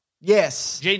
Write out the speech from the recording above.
Yes